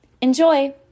Enjoy